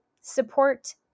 support